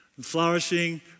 flourishing